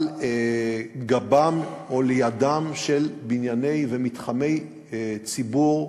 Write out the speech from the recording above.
על גבם או לידם של בנייני ומתחמי ציבור,